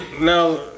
Now